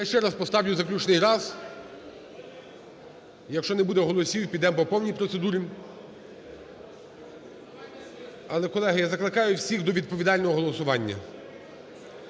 Я ще раз поставлю, заключний раз. Якщо не буде голосів, підемо по повній процедурі. Але, колеги, я закликаю всіх до відповідального голосування,